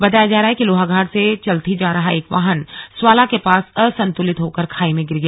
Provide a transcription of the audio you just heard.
बताया जा रहा है कि लोहाघाट से चल्थी जा रहा एक वाहन स्वाला के पास असन्तुलित होकर खाई में गिर गया